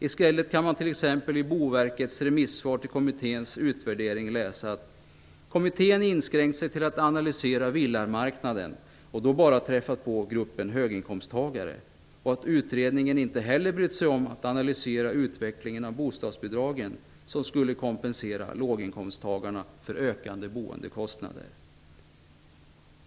I stället kan man t.ex. i Boverkets remissvar till kommitténs utvärdering läsa att kommittén inskränkt sig till att analysera villamarknaden och då bara träffat på gruppen höginkomsttagare och att utredningen inte heller brytt sig om att analysera utvecklingen av bostadsbidragen, som skulle kompensera låginkomsttagarna för ökade boendekostnader.